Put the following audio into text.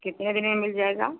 कितने दिन में मिल जाएगा